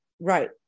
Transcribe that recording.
Right